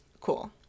cool